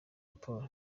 paul